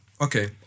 Okay